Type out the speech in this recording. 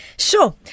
Sure